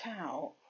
out